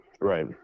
Right